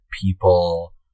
people